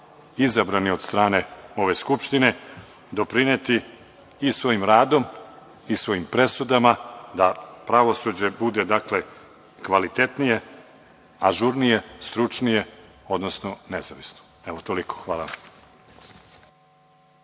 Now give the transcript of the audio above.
izabrani od strane ove skupštine, doprineti i svojim radom i svojim presudama da pravosuđe bude dakle kvalitetnije, ažurnije, stručnije, odnosno nezavisno. Toliko, hvala.